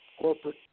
corporate